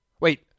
Wait